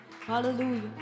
Hallelujah